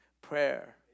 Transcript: prayer